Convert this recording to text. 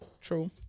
true